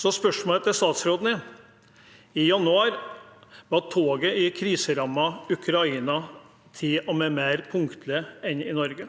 Spørsmålet til statsråden er: I januar var til og med tog i kriserammede Ukraina mer punktlige enn i Norge.